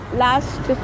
last